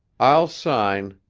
i'll sign,